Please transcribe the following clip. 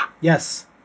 Yes